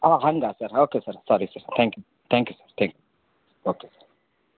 ಆಂ ಹಂಗೆ sir okay sir sorry sir thank you thank you sir thank you okay